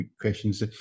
questions